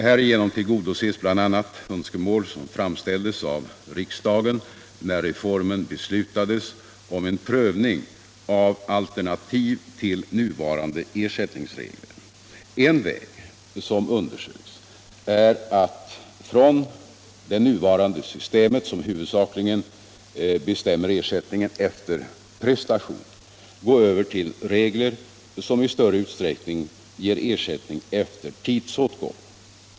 Härigenom tillgodoses bl.a. önskemål som framställdes av riksdagen när reformen beslutades om en prövning av alternativ till nuvarande ersättningsregler. En väg som undersöks är att från det nuvarande systemet, som huvudsakligen bestämmer ersättningen efter prestation, gå över till regler som i större utsträckning ger ersättning efter tidsåtgång.